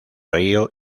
río